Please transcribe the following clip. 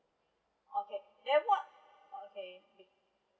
oky then what okay